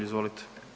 Izvolite.